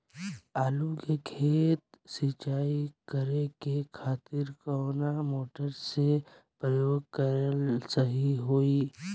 आलू के खेत सिंचाई करे के खातिर कौन मोटर के प्रयोग कएल सही होई?